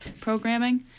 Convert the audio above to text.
programming